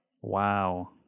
Wow